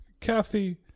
kathy